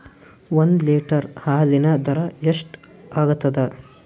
ಒಂದ್ ಲೀಟರ್ ಹಾಲಿನ ದರ ಎಷ್ಟ್ ಆಗತದ?